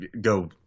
go –